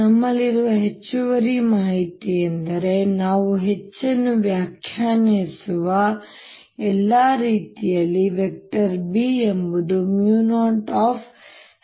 ನಮ್ಮಲ್ಲಿರುವ ಹೆಚ್ಚುವರಿ ಮಾಹಿತಿಯೆಂದರೆ ನಾವು H ಅನ್ನು ವ್ಯಾಖ್ಯಾನಿಸಿರುವ ಎಲ್ಲಾ ರೀತಿಯಲ್ಲಿ B ಎಂಬುದು 0HM ಗೆ ಸಮನಾಗಿರುತ್ತದೆ